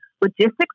logistics